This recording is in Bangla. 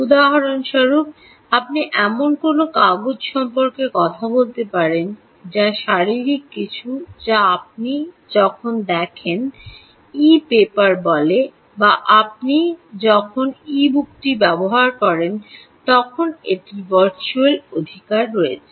উদাহরণস্বরূপ আপনি এমন কোনও কাগজ সম্পর্কে কথা বলতে পারেন যা শারীরিক কিছু যা আপনি যখন দেখেন ই পেপার বলে বা আপনি যখন ই বুকটি ব্যবহার করেন তখন এটির ভার্চুয়াল অধিকার রয়েছে